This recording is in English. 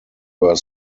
were